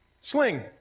sling